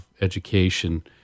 education